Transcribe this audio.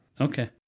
Okay